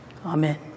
Amen